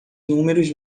números